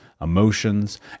emotions